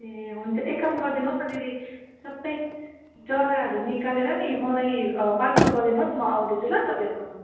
ए हुन्छ एक काम गरिदिनुहोस् न दिदी सबै जराहरू निकालेर नि मलाई पार्सल गरिदिनुहोस् म आउँदैछु ल तपाईँहरूकोमा